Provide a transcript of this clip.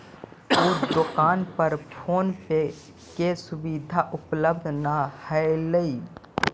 उ दोकान पर फोन पे के सुविधा उपलब्ध न हलई